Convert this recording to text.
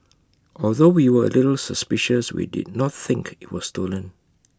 although we were A little suspicious we did not think IT was stolen